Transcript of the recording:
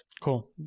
Cool